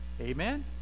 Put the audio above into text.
Amen